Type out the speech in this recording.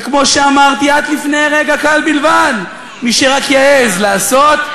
כמו שאמרתי רק לפני רגע קל בלבד: מי שרק יעז לעשות,